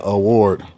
award